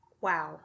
Wow